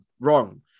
wrong